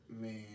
Man